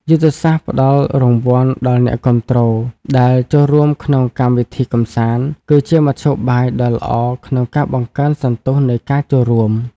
យុទ្ធសាស្ត្រផ្ដល់រង្វាន់ដល់អ្នកគាំទ្រដែលចូលរួមក្នុងកម្មវិធីកម្សាន្ត គឺជាមធ្យោបាយដ៏ល្អក្នុងការបង្កើនសន្ទុះនៃការចូលរួម។